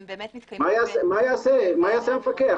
הם באמת- -- מה יעשה המפקח?